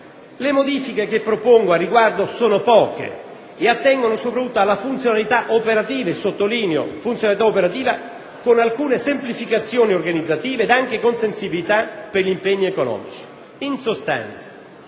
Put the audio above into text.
Le modifiche che propongo al riguardo sono poche e attengono soprattutto alla funzionalità operativa (e sottolineo funzionalità operativa) con alcune semplificazioni organizzative ed anche con sensibilità per gli impegni economici. In sostanza,